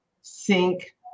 sink